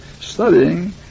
studying